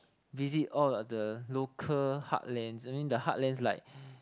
visit all of the local heartlands I mean the heartlands like